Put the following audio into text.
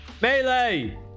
Melee